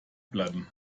bleiben